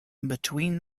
between